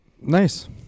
Nice